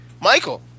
Michael